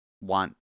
want